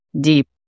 deep